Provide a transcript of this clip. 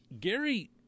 Gary